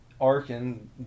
Arkin